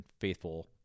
faithful